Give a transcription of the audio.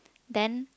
then